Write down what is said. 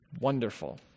wonderful